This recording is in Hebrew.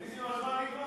הזמן נגמר.